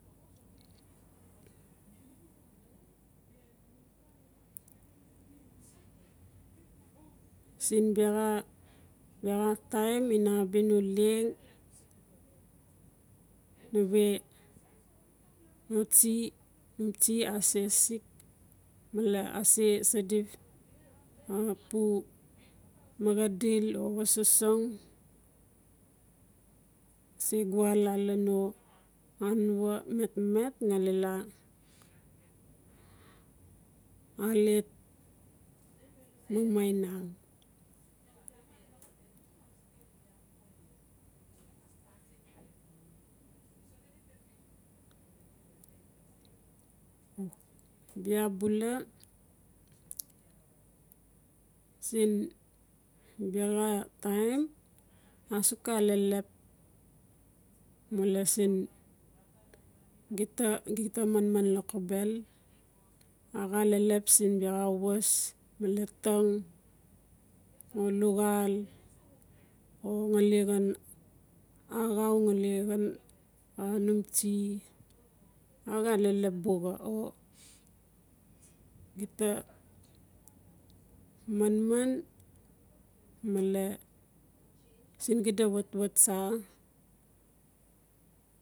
siin biaxa taim ina abia no leng nawe xa tsie ase sixk male ase sadi xapu maxadil oxa sosong. Se guwa laa lano anua metmet ngali a alet mamainang. bia bula siin biaxa taim asuk xa lelep male siin gita gitta manman lokobel axa lelep siin bia xa waaas male tang no luxaal o ngali xan asau ngali xan axau num tsie axa lelep o gita manman male siin xida watwat tsa